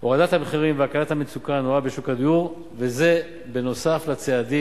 האלה יושפעו מההטבות, אבל חלק מסוים כן.